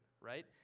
right